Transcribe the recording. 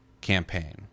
campaign